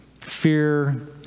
Fear